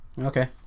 Okay